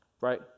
right